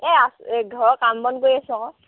এই আছোঁ এই ঘৰৰ কাম বন কৰি আছোঁ আকৌ